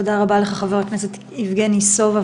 תודה רבה חבר הכנסת יבגני סובה,